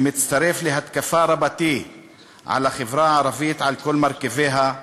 והוא מצטרף להתקפה רבתי על החברה הערבית על כל מרכיביה,